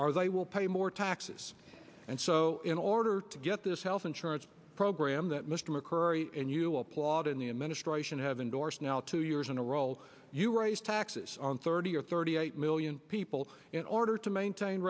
are they will pay more taxes and so in order to get this health insurance program that mr mccurry and you applaud and the administration have endorsed now two years in a role you raise taxes on thirty or thirty eight million people in order to maintain